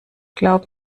glaub